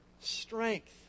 strength